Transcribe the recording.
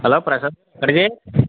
hello Prasad కడిది